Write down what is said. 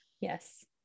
Yes